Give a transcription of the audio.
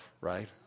right